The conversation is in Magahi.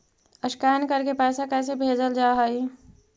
स्कैन करके पैसा कैसे भेजल जा हइ?